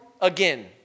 again